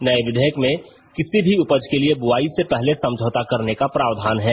नए विधेयक में किसी भी उपज के लिए बुआई से पहले समझौता करने का प्रावधान हैं